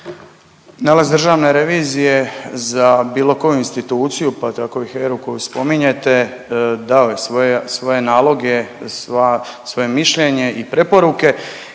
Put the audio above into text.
Nalaz Državne revizije za bilo koju instituciju, pa tako i HERA-u koju spominjete dao je svoje, svoje naloge, svoja, svoje mišljenje i preporuke